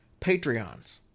patreons